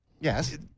Yes